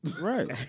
Right